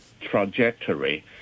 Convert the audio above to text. trajectory